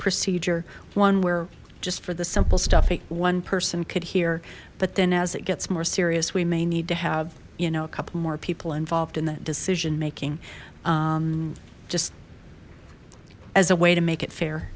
procedure one where just for the simple stuffy one person could hear but then as it gets more serious we may need to have you know a couple more people involved in that decision making just as a way to make it fair